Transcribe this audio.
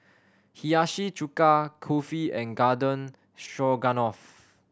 Hiyashi Chuka Kulfi and Garden Stroganoff